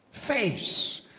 face